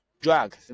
drug